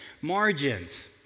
margins